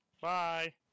Bye